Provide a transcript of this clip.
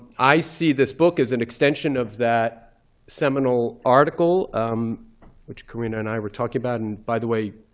i see this book as an extension of that seminal article um which corinna and i were talking about. and by the way,